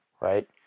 right